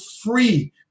free